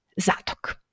zatok